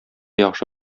яхшы